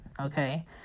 okay